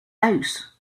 out